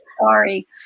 sorry